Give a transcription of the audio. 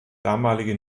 damalige